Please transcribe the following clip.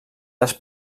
dels